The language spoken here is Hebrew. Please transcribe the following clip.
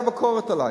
היתה ביקורת עלי.